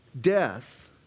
death